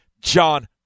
John